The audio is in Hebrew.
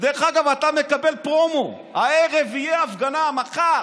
דרך אגב, אתה מקבל פרומו: הערב תהיה ההפגנה, מחר